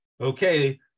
Okay